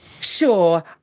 Sure